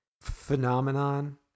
phenomenon